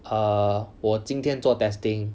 err 我今天做 testing